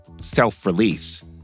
self-release